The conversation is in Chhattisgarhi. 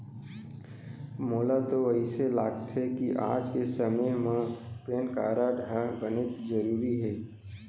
मोला तो अइसे लागथे कि आज के समे म पेन कारड ह बनेच जरूरी हे